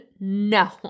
no